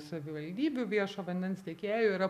savivaldybių viešo vandens tiekėjų yra